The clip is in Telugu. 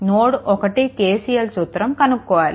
నోడ్1 KCL సమీకరణం కనుక్కోవాలి